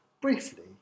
Briefly